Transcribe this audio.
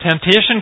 Temptation